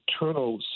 internal